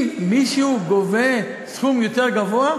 אם מישהו גובה סכום יותר גבוה,